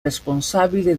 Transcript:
responsabile